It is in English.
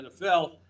NFL